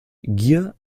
gier